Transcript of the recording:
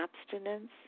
abstinence